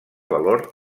valor